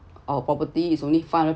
our property is only five hundred